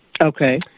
Okay